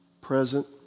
present